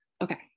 Okay